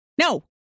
No